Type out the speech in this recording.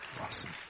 Awesome